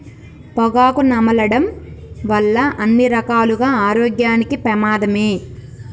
పొగాకు నమలడం వల్ల అన్ని రకాలుగా ఆరోగ్యానికి పెమాదమే